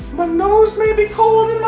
my nose may be cold